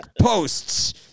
posts